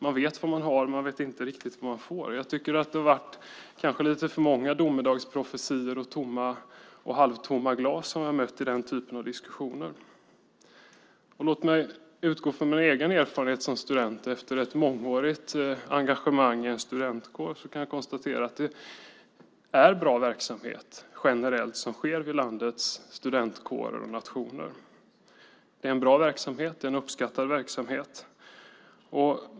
Man vet vad man har, men man vet inte vad riktigt vad man får. Jag tycker kanske att det har varit lite för många domedagsprofetior och halvtomma glas som vi har mött i den typen av diskussioner. Låt mig utgå från min egen erfarenhet som student. Efter ett mångårigt engagemang i en studentkår kan jag konstatera att det generellt är bra verksamhet som sker vid landets studentkårer och nationer. Verksamheten är bra och uppskattad.